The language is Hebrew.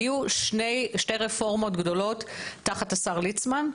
היו שתי רפורמות גדולות תחת השר ליצמן,